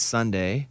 Sunday